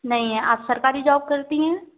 नहीं है आप सरकारी जॉब करती हैं